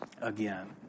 again